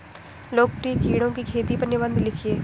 लोकप्रिय कीड़ों की खेती पर निबंध लिखिए